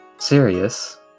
Serious